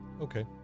Okay